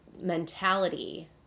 mentality